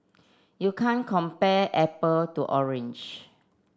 you can't compare apple to orange